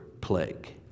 plague